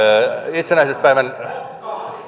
itsenäisyyspäivän